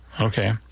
okay